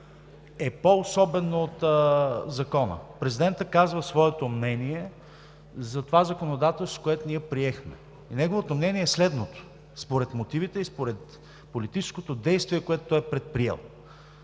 е по-особено от Закона – президентът казва своето мнение за това законодателство, което ние приехме. Неговото мнение е следното според мотивите и според политическото действие, което той е предприел.